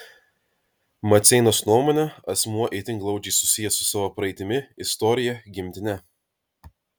maceinos nuomone asmuo itin glaudžiai susijęs su savo praeitimi istorija gimtine